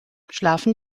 schlafen